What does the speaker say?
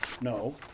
no